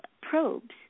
probes